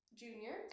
junior